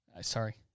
Sorry